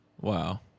Wow